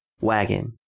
wagon